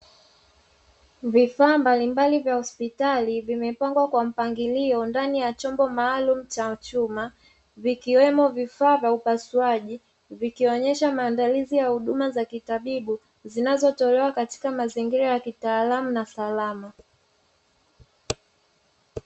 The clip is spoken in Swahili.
Vifaa mbalimbali vya hospitali vimepangwa kwa mpangilio ndani ya chombo maalumu cha chuma, vikiwemo vifaa vya upasuaji vikionyesha maandalizi ya huduma za kitabibu zinazotolewa katika mazingira ya kitaalamu na salama.